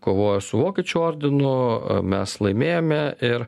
kovojo su vokiečių ordinu mes laimėjome ir